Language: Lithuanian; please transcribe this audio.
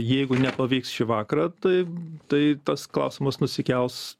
jeigu nepavyks šį vakarą tai tai tas klausimas nusikels